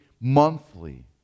monthly